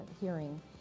hearing